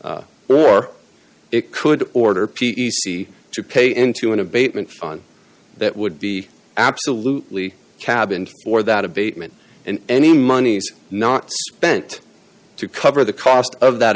itself or it could order p t c to pay into an abatement fun that would be absolutely cabined or that abatement and any monies not spent to cover the cost of that